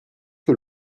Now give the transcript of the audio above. que